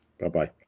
Bye-bye